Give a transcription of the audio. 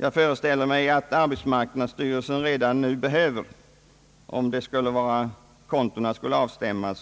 Jag föreställer mig att arbetsmarknadsstyrelsen, om kontona skulle avstämmas, redan nu behöver